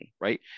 right